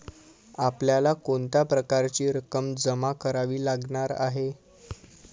आपल्याला कोणत्या प्रकारची रक्कम जमा करावी लागणार आहे?